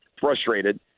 frustrated